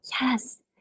Yes